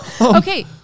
Okay